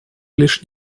лишь